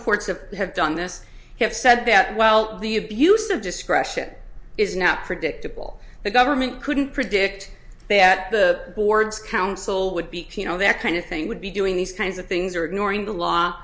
of have done this have said that well the abuse of discretion is not predictable the government couldn't predict that the board's counsel would be you know that kind of thing would be doing these kinds of things or ignoring the law